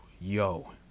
yo